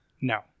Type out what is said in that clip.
no